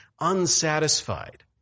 unsatisfied